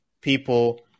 people